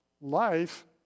life